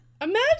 Imagine